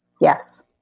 Yes